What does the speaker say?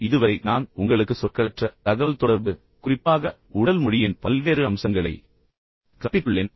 இதுவரை நான் உங்களுக்கு சொற்களற்ற தகவல்தொடர்பு குறிப்பாக உடல் மொழியின் பல்வேறு அம்சங்களை கற்பித்துள்ளேன்